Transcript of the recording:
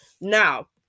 Now